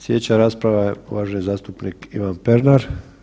Slijedeća rasprava je uvaženi zastupnik Ivan Pernar.